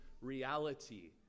reality